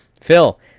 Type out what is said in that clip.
Phil